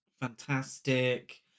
fantastic